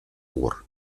pur